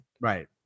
Right